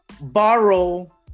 borrow